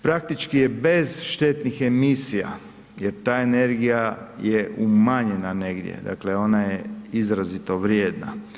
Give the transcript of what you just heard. Praktički je bez štetnih emisija jer ta energija je umanjena negdje, dakle ona je izrazito vrijedna.